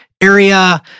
area